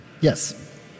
Yes